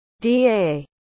DA